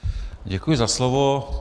Děkuji za slovo.